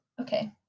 Okay